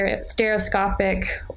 stereoscopic